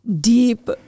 deep